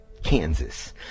Kansas